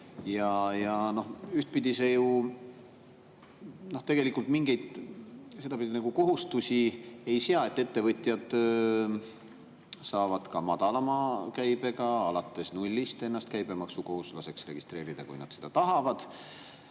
eelnõuga? See ju tegelikult mingeid kohustusi ei sea, ettevõtjad saavad ka madalama käibega alates nullist ennast käibemaksukohustuslaseks registreerida, kui nad seda tahavad.